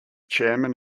chairman